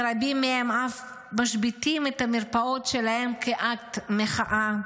ורבים מהם אף משביתים את המרפאות שלהם כאקט מחאה.